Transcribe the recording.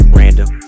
random